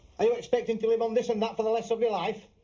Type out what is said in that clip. are you expecting to live on this and that for the rest of your life?